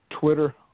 Twitter